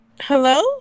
Hello